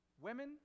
women